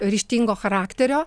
ryžtingo charakterio